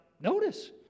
notice